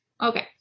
Okay